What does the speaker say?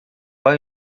vai